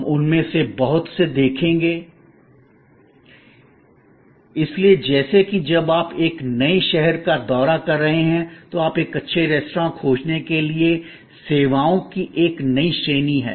हम उनमें से बहुत से देखेंगे इसलिए जैसे की जब आप एक नए शहर का दौरा कर रहे हों तो एक अच्छा रेस्तरां खोजने के लिए सेवाओं की एक नई श्रेणी है